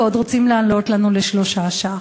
ועוד רוצים להעלות לנו ל-3 שקלים.